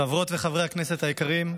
חברות וחברי הכנסת היקרים,